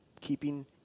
Keeping